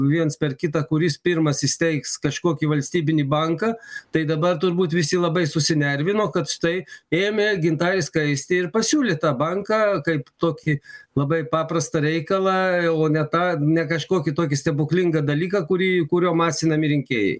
viens per kitą kuris pirmas įsteigs kažkokį valstybinį banką tai dabar turbūt visi labai susinervino kad štai ėmė gintarė skaistė ir pasiūlė tą banką kaip tokį labai paprastą reikalą o ne tą ne kažkokį tokį stebuklingą dalyką kurį į kuriuo masinami rinkėjai